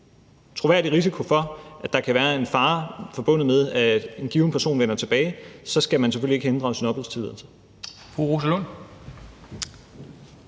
troværdig risiko – for, at der kan være en fare forbundet med, at en given person vender tilbage, skal man selvfølgelig ikke hindres en opholdstilladelse.